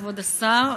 כבוד השר,